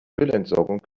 müllentsorgung